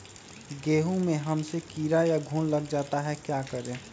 गेंहू में हमेसा कीड़ा या घुन लग जाता है क्या करें?